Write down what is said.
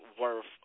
worth